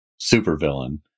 supervillain